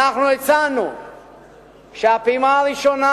אנחנו הצענו שהפעימה הראשונה,